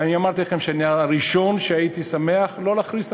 ואמרתי לכם שאני הראשון שהיה שמח שלא להכריז את